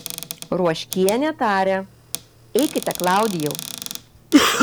ruoškienė tarė eikite klaudijau